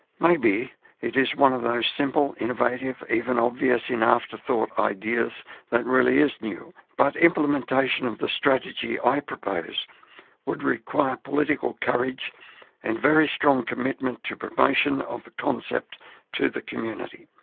maybe it is one of those simple, innovative, even obvious-in-afterthought, ideas that really is new. but implementation of the strategy i propose would require political courage and very strong commitment to promotion of the concept to the community.